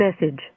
message